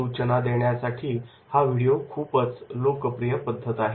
सूचना देण्याची व्हिडिओ ही एक खूपच लोकप्रिय पद्धत आहे